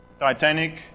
Titanic